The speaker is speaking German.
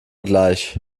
gleich